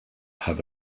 have